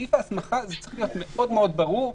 בסעיף ההסמכה זה צריך להיות מאוד מאוד ברור,